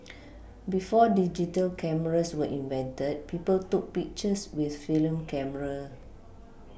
before digital cameras were invented people took pictures with film camera